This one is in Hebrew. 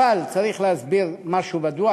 אבל צריך להסביר משהו בדוח,